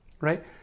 right